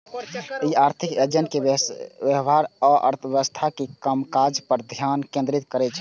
ई आर्थिक एजेंट के व्यवहार आ अर्थव्यवस्था के कामकाज पर ध्यान केंद्रित करै छै